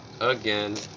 Again